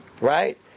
right